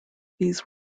these